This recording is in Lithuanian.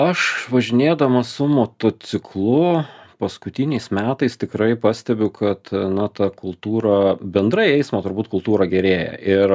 aš važinėdamas su motociklu paskutiniais metais tikrai pastebiu kad na ta kultūra bendrai eismo turbūt kultūra gerėja ir